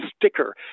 sticker